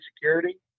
Security